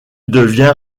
devient